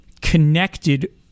connected